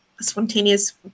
spontaneous